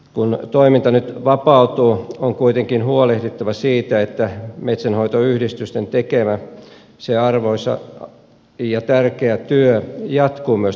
kun toiminta nyt vapautuu on kuitenkin huolehdittava siitä että metsänhoitoyhdistysten tekemä arvokas ja tärkeä työ jatkuu myös tulevaisuudessa